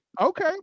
okay